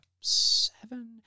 seven